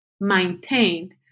maintained